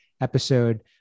episode